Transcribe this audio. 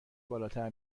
بالاتر